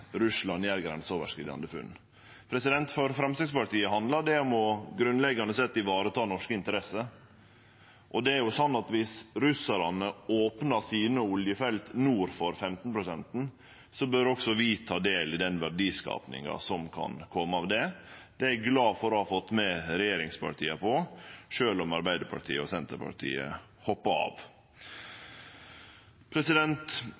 grenseoverskridande funn. For Framstegspartiet handlar det grunnleggjande sett om å vareta norske interesser. Om russarane opnar sine oljefelt nord for 15 pst., bør også vi ta del i den verdiskapinga som kan kome av det. Eg er glad for å ha fått med regjeringspartia på det, sjølv om Arbeidarpartiet og Senterpartiet hoppa av.